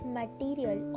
material